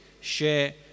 share